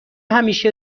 همیشه